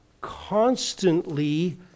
Constantly